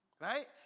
Right